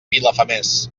vilafamés